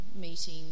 meeting